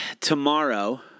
tomorrow